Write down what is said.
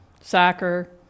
soccer